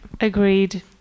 Agreed